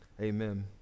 Amen